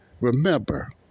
Remember